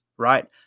Right